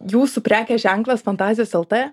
jūsų prekės ženklas fantazijos lt